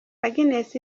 agnes